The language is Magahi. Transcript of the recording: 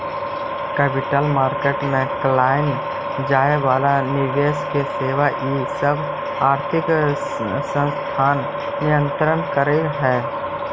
कैपिटल मार्केट में कैइल जाए वाला निवेश के सेबी इ सब आर्थिक संस्थान नियंत्रित करऽ हई